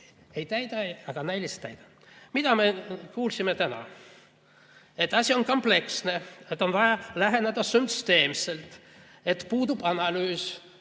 ei täida, aga näiliselt täidan. Mida me täna kuulsime? Et asi on kompleksne, on vaja läheneda süsteemselt, puudub analüüs,